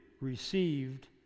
received